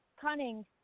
Cunning